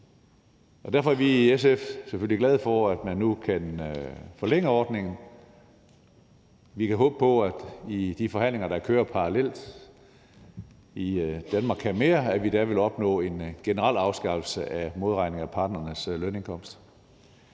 Derfor er vi i SF selvfølgelig glade for, at man nu kan forlænge ordningen. Vi kan håbe på, at vi i de forhandlinger, der kører parallelt om »Danmark kan mere I«, kan opnå en generel afskaffelse af modregningen af partnerens lønindkomst.